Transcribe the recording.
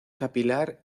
capilar